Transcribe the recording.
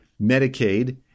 Medicaid